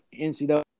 NCAA